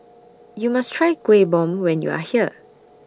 YOU must Try Kuih Bom when YOU Are here